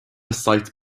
sites